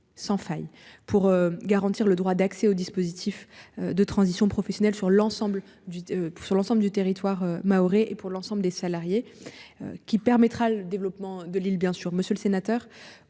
sans faille pour garantir le droit d'accès au dispositif de transition professionnelle, sur l'ensemble du sur l'ensemble du territoire mahorais et pour l'ensemble des salariés. Qui permettra le développement de l'île. Bien sûr, monsieur le sénateur,